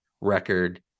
record